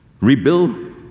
rebuild